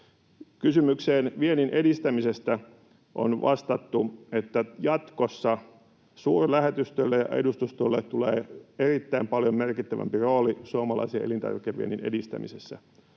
Kysymykseen viennin edistämisestä on vastattu, että jatkossa suurlähetystöille ja edustustoille tulee erittäin paljon merkittävämpi rooli suomalaisen elintarvikeviennin edistämisessä,